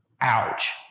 ouch